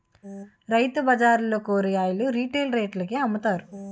రైతుబజార్లలో కూరగాయలు రిటైల్ రేట్లకే అమ్ముతారు